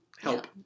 help